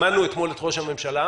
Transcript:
שמענו אתמול את ראש הממשלה,